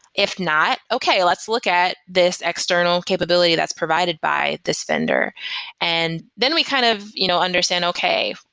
if not, okay, let's look at this external capability that's provided by this vendor and then we kind of you know understand okay,